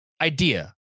idea